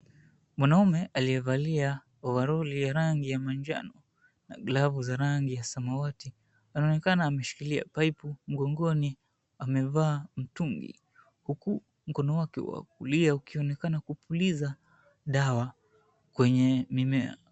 Mwanaume aliyevalia ovaroli ya rangi ya manjano na glavu za rangi ya samawati anaonekana ameshikilia paipu , mgongoni amevaa mtungi, huku mkono wake wa kulia ukionekana kupuliza dawa kwenye mimea.